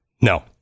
No